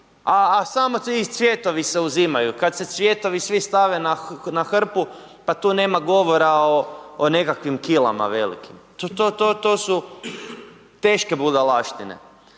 a samo cvjetovi se uzimaju, kad se cvjetovi svi stave na hrpu pa tu nema govora o nekakvim kilama velikim, to su teške budalaštine.